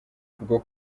rwo